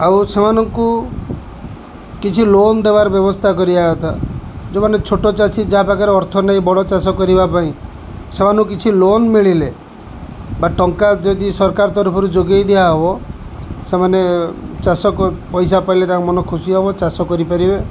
ଆଉ ସେମାନଙ୍କୁ କିଛି ଲୋନ୍ ଦେବାର ବ୍ୟବସ୍ଥା କରିବା କଥା ଯେଉଁମାନେ ଛୋଟ ଚାଷୀ ଯାହା ପାଖରେ ଅର୍ଥ ନାହିଁ ବଡ଼ ଚାଷ କରିବା ପାଇଁ ସେମାନଙ୍କୁ କିଛି ଲୋନ୍ ମିଳିଲେ ବା ଟଙ୍କା ଯଦି ସରକାର ତରଫରୁ ଯୋଗାଇ ଦିଆହେବ ସେମାନେ ଚାଷ ପଇସା ପାଇଲେ ତାଙ୍କ ମନ ଖୁସି ହେବ ଚାଷ କରିପାରିବେ